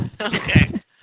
Okay